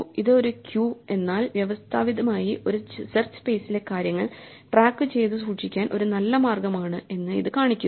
ഇത് ഒരു ക്യൂ എന്നാൽ വ്യവസ്ഥാപിതമായി ഒരു സെർച്ച് സ്പേസിലെ കാര്യങ്ങൾ ട്രാക്ക് ചെയ്തു സൂക്ഷിക്കാൻ ഒരു നല്ല മാർഗമാണ് എന്ന് ഇത് കാണിക്കുന്നു